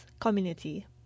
community